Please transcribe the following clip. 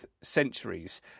centuries